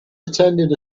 attended